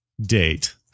date